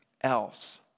else